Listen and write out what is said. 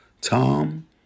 Tom